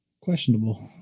Questionable